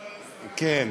כן.